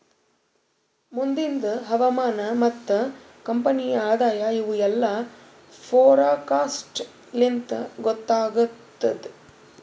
ಮುಂದಿಂದ್ ಹವಾಮಾನ ಮತ್ತ ಕಂಪನಿಯ ಆದಾಯ ಇವು ಎಲ್ಲಾ ಫೋರಕಾಸ್ಟ್ ಲಿಂತ್ ಗೊತ್ತಾಗತ್ತುದ್